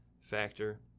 factor